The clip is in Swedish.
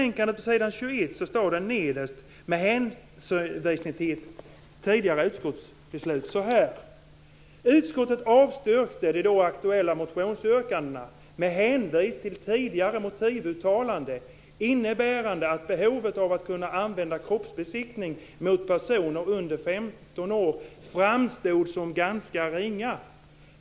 Nederst på s. 21 i betänkandet står det, med hänvisning till ett tidigare utskottsbeslut så här: "Utskottet avstyrkte de då aktuella motionsyrkandena med hänvisning till tidigare motivuttalanden innebärande att behovet av att kunna använda kroppsbesiktning mot personer under 15 år framstod som ganska ringa.